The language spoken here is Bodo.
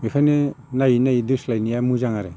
बेनिखायनो नायै नायै दोस्लायनाया मोजां आरो